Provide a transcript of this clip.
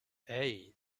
hey